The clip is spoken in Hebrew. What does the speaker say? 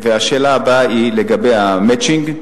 והשאלה הבאה היא לגבי ה"מצ'ינג".